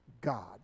God